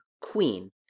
queen